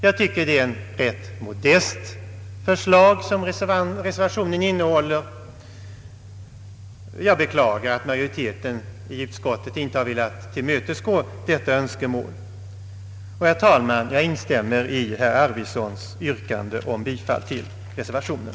Jag anser att reservationen innehåller ett ganska modest förslag och beklagar att majoriteten i utskottet inte har velat tillmötesgå dess önskemål. Herr talman! Jag instämmer i herr Arvidsons yrkande om bifall till reservationen.